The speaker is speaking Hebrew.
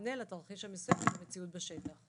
המענה לתרחיש המסוים למציאות בשטח.